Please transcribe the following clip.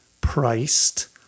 priced